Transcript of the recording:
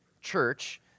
church